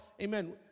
Amen